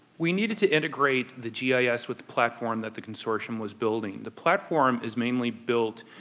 we needed to integrate the yeah yeah gis with the platform that the consortium was building. the platform is mainly built